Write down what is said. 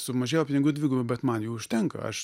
sumažėjo pinigų dvigubai bet man jų užtenka aš